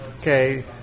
Okay